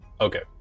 Okay